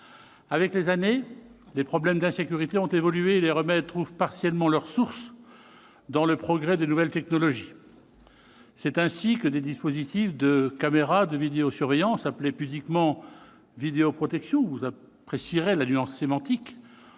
Avec les années, les problèmes d'insécurité ont évolué et les remèdes trouvent partiellement leur source dans le progrès des nouvelles technologies. C'est ainsi que des dispositifs de caméras de vidéosurveillance, appelée pudiquement vidéoprotection - vous apprécierez la nuance sémantique